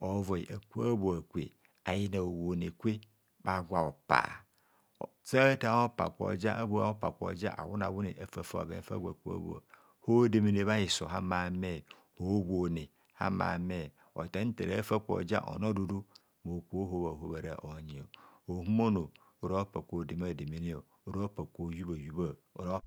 ovoi aka bhoa kwe ayina howone kwe bha gwa hopa sa tar hopa kwoja abhoa hopa gwo ja awune awune afafa bhoven fa gwo aka bhoa hodemene bha hiso ama me owonne amame ota nta rafa kwa hoja ono dudu mo kubho hobha hobhara onyi homono ora hopa kwa hodema demene ora hopa kwa hohubha hubha